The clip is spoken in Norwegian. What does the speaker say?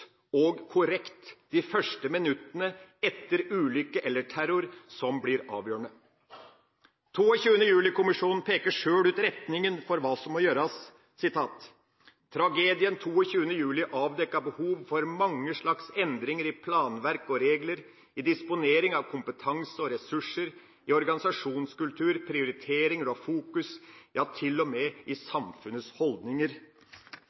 og korrekt de første minuttene – etter ulykke eller terror – som blir avgjørende. 22. juli-kommisjonen peker sjøl ut retninga for hva som må gjøres: «Tragedien 22/7 avdekker behov for mange slags endringer: i planverk og regler, i disponering av kompetanse og ressurser, i organisasjonskultur, prioriteringer og fokus, ja, til og med i